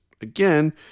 again